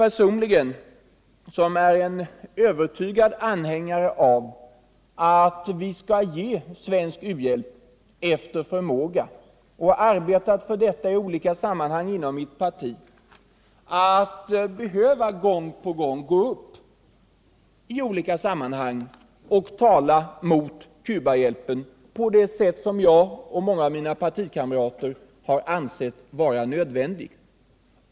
Personligen tycker jag som övertygad anhängare av u-hjälp att vi skall ge sådan efter förmåga. Jag har arbetat på detta i olika sammanhang inom mitt parti, men gång på gång har jag och andra moderater måst gå upp och tala mot Cubahjälpen.